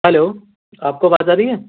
hello آپ کو آواز آ رہی ہے